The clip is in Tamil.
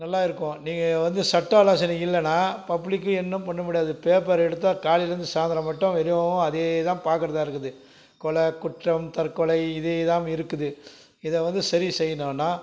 நல்லா இருக்கும் நீங்கள் வந்து சட்ட ஆலோசனை இல்லைனா பப்ளிக்கு ஒன்னும் பண்ண முடியாது பேப்பரை எடுத்தால் காலையில் இருந்து சாயந்தரம் மட்டும் வெறும் அதே தான் பார்க்குறதா இருக்குது கொலை குற்றம் தற்கொலை இதே தான் இருக்குது இதை வந்து சரி செய்யணும்னால்